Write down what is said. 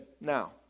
Now